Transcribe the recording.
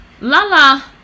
Lala